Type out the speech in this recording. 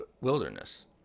wilderness